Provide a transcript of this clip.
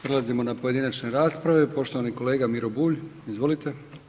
Prelazimo na pojedinačne rasprave, poštovani kolega Miro Bulj, izvolite.